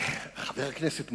חבר הכנסת מולה,